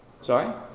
Sorry